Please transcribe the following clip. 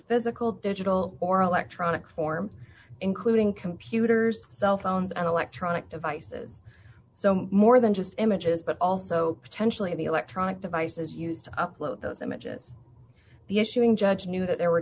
physical digital or electronic form including computers cell phones and electronic devices so more than just images but also potentially the electronic devices used to upload those images the issuing judge knew that there were